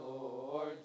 Lord